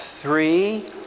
three